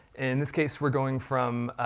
in this case, we're going from,